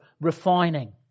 refining